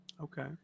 Okay